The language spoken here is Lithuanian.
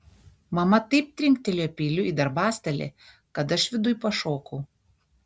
mama taip trinktelėjo peiliu į darbastalį kad aš viduj pašokau